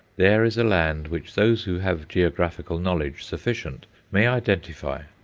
there is a land which those who have geographical knowledge sufficient may identify,